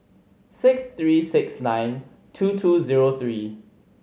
six three six nine two two zero three